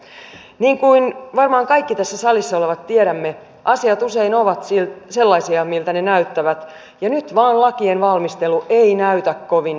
niin kuin varmaan me kaikki tässä salissa olevat tiedämme asiat usein ovat sellaisia miltä ne näyttävät ja nyt lakien valmistelu ei vain näytä kovin hyvältä